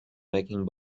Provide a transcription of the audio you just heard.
making